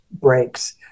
breaks